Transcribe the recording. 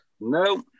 No